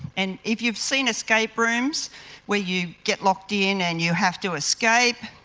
and if you've seen escape rooms where you get locked in and you have to escape,